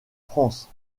france